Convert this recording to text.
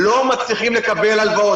לא מצליחים לקבל הלוואות.